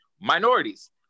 Minorities